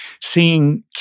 seeing